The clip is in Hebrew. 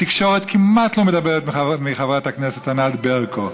התקשורת כמעט לא מדברת, מלבד חברת הכנסת ענת ברקו,